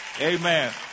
Amen